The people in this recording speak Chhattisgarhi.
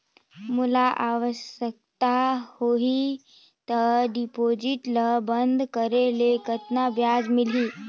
मोला आवश्यकता होही त डिपॉजिट ल बंद करे ले कतना ब्याज मिलही?